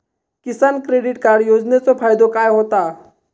किसान credit card योजनेचो फायदो काय होता?